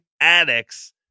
addicts